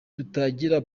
tutagira